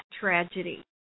tragedy